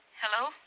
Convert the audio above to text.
Hello